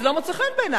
זה לא מוצא חן בעינייך,